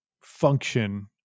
function